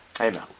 Amen